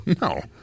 No